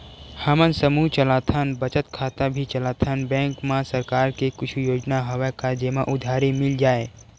हमन समूह चलाथन बचत खाता भी चलाथन बैंक मा सरकार के कुछ योजना हवय का जेमा उधारी मिल जाय?